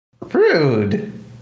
Rude